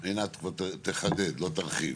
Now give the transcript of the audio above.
טוב, עינת תחדד, לא תרחיב.